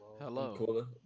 Hello